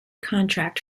contract